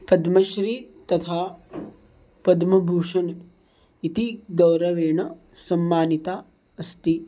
पद्मश्री तथा पद्मभूषणम् इति गौरवेण सम्मानिता अस्ति